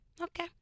Okay